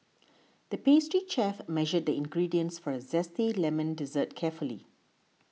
the pastry chef measured the ingredients for a Zesty Lemon Dessert carefully